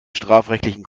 strafrechtlichen